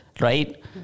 right